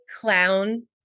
clown